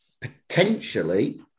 potentially